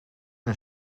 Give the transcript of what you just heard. een